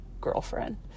girlfriend